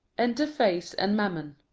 enter face and mammon.